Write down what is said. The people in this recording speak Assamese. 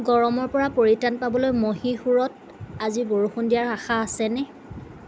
গৰমৰ পৰা পৰিত্ৰাণ পাবলৈ মহীশুৰত আজি বৰষুণ দিয়াৰ আশা আছেনে